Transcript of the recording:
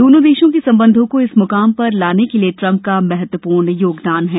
दोनों देशों के संबंधों को इस मुकाम पर लाने के लिये ट्रंप का महत्वपूर्ण योगदान है